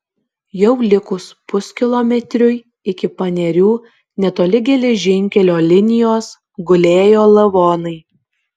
jau likus puskilometriui iki panerių netoli geležinkelio linijos gulėjo lavonai